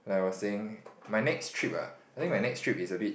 like I was saying my next trip ah I think my next trip is a bit